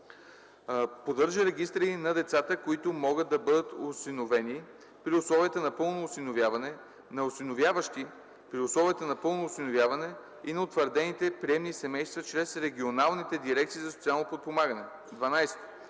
поддържа регистри на децата, които могат да бъдат осиновени при условията на пълно осиновяване, на осиновяващи при условията на пълно осиновяване и на утвърдените приемни семейства чрез регионалните дирекции за социално подпомагане; 12.